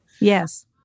Yes